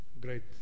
great